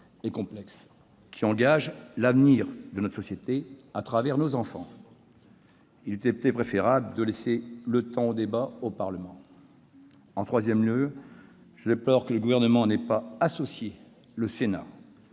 et complexe, qui engage l'avenir de notre société à travers nos enfants, il eût été préférable de laisser le temps du débat au Parlement. En troisième lieu, je déplore que le Gouvernement n'ait pas associé le Sénat